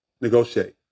negotiate